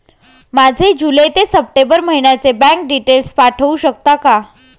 माझे जुलै ते सप्टेंबर महिन्याचे बँक डिटेल्स पाठवू शकता का?